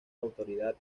autoridad